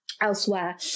elsewhere